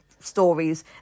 stories